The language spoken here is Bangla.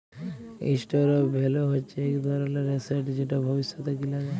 ইসটোর অফ ভ্যালু হচ্যে ইক ধরলের এসেট যেট ভবিষ্যতে কিলা যায়